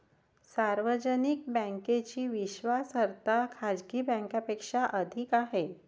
सार्वजनिक बँकेची विश्वासार्हता खाजगी बँकांपेक्षा अधिक आहे